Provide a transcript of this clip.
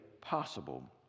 possible